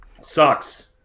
Sucks